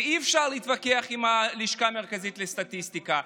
ואי-אפשר להתווכח עם הלשכה המרכזית לסטטיסטיקה: